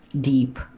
deep